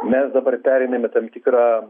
mes dabar pereinam į tam tikrą